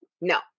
No